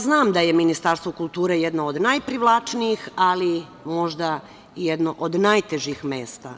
Znam da je Ministarstvo kulture jedno od najprivlačnijih, ali možda i jedno od najtežih mesta.